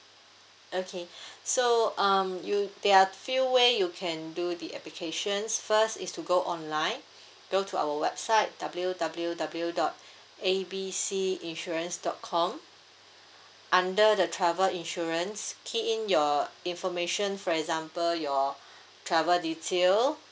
okay so um you there're few way you can do the applications first is to go online go to our website W W W dot A B C insurance dot com under the travel insurance key in your information for example your travel detail